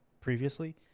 previously